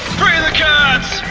the cats!